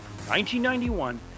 1991